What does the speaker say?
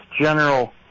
General